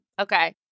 Okay